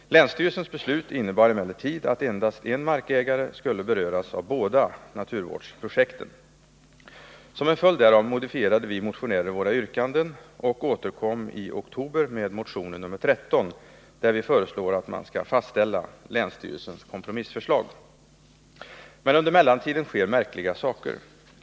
Länsstyrelsens beslut innebar emellertid att endast en markägare skulle beröras av båda naturvårdsprojekten. Som en följd därav modifierade vi motionärer våra yrkanden och återkom i oktober med motionen nr 13, där vi föreslår att man skall fastställa länsstyrelsens kompromissförslag. Men under mellantiden sker märkliga saker.